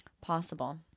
Possible